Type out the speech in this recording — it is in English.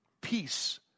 peace